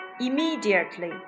Immediately